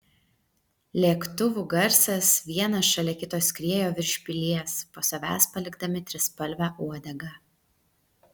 lėktuvų garsas vienas šalia kito skriejo virš pilies po savęs palikdami trispalvę uodegą